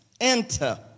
Enter